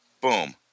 Boom